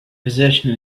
position